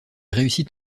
réussit